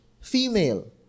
female